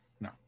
No